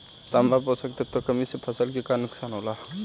तांबा पोषक तत्व के कमी से फसल के का नुकसान होला?